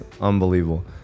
unbelievable